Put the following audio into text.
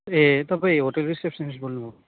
ए तपाईँ hotel receptionist बोल्नुभएको